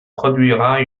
produira